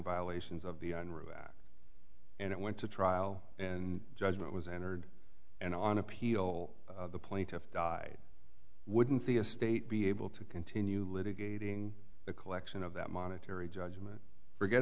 violations of the on rule and it went to trial and judgment was entered and on appeal the plaintiff died wouldn't the estate be able to continue litigating the collection of that monetary judgment forget